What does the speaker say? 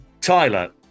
Tyler